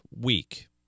week